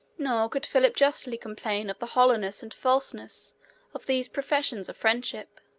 nor could philip justly complain of the hollowness and falseness of these professions of friendship.